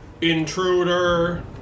intruder